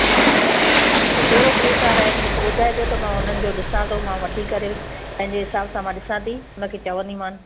त कहिड़ो पुलिस वारा आहिनि मूंखे ॿुधाइजो त मां हुननि जो ॾिसां थो मां वधी करे पंहिंजे हिसाब सां मां ॾिसां थी उनखे चवंदीमान